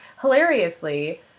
Hilariously